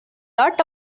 lot